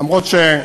למרות,